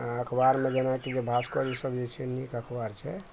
अएँ अखबारमे जेनाकि जे भास्कर ई सब जे छै नीक अखबार छै